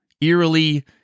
eerily